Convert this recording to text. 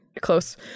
close